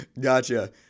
Gotcha